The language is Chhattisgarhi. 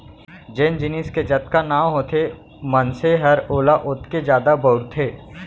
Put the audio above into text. जेन जिनिस के जतका नांव होथे मनसे हर ओला ओतके जादा बउरथे